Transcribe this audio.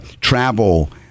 travel